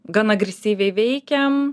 gan agresyviai veikiam